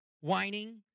whining